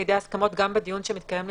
לידי הסכמות גם בדיון שמתקיים בפניהם.